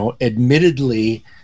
admittedly